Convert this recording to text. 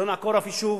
לא נעקור אף יישוב,